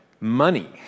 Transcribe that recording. money